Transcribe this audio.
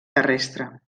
terrestre